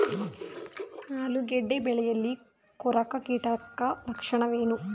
ಆಲೂಗೆಡ್ಡೆ ಬೆಳೆಯಲ್ಲಿ ಕೊರಕ ಕೀಟದ ಲಕ್ಷಣವೇನು?